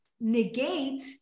negate